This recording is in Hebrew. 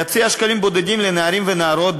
יציע שקלים בודדים לנערים ונערות,